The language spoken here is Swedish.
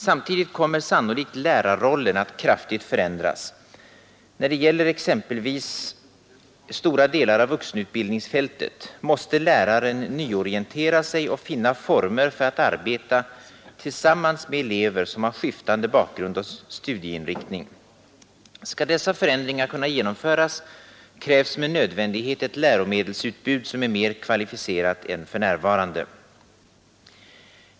Samtidigt kommer sannolikt lärarrollen att kraftigt förändras. När det gäller exempelvis stora delar av vuxenutbildningsfältet måste läraren nyorientera sig och finna former för att arbeta tillsammans med elever som har skiftande bakgrund och studieinriktning. Skall dessa förändringar kunna genomföras krävs med nödvändighet ett läromedelsutbud som är mer kvalificerat än för närvarande.